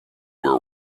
were